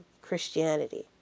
Christianity